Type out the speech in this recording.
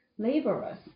laborers